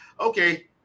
okay